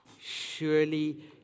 Surely